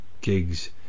gigs